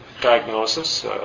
diagnosis